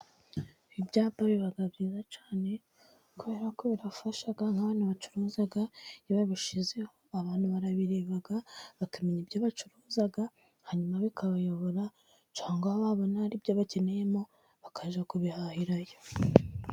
Ibyapa biba byiza cyane, kubera ko birafasha, nk'abantu bacuruza, iyo babishyizeho abantu barabireba bakamenya ibyo bacuruza, hanyuma bikabayobora, cyangwa babona hari ibyo bakeneyemo bakajya kubihahirayo.